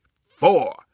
four